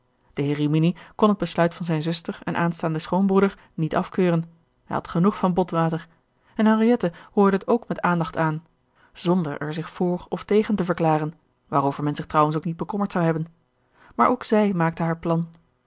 de heer rimini kon het besluit van zijn zuster en aanstaanden schoonbroeder niet afkeuren hij had genoeg van botwater en henriette hoorde het ook met aandacht aan zonder er zich voor of tegen te verklaren waarover men zich trouwens ook niet bekommerd zou hebben maar ook gerard keller het testament van mevrouw de tonnette zij maakte haar plan